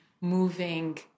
moving